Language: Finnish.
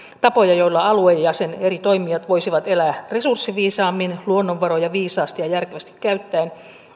tapoja joilla alue ja sen eri toimijat voisivat elää resurssiviisaammin luonnonvaroja viisaasti ja ja järkevästi käyttäen